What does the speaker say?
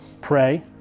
Pray